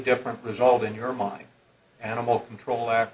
different result in your mind animal control ac